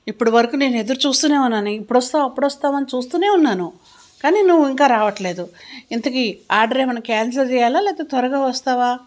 ఇప్పడు వరకు నేను ఎదురు చూస్తు ఉన్నాను ఇప్పుడు వస్తావు అప్పుడు వస్తావు అని చూస్తు ఉన్నాను కానీ నువ్వు ఇంకా రావట్లేదు ఇంతకి ఆర్డర్ ఏమన్నా క్యాన్సల్ చేయాలా లేకపోతే త్వరగా వస్తావా